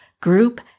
group